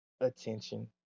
attention